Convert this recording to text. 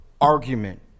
argument